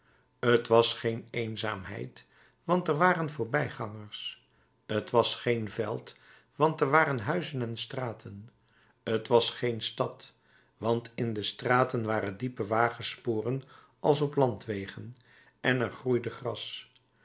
t was geen eenzaamheid want er waren voorbijgangers t was geen veld want er waren huizen en straten t was geen stad want in de straten waren diepe wagensporen als op de landwegen en er groeide gras